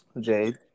jade